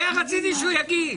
זה רציתי שהוא יגיד.